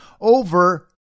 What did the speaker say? over